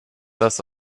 das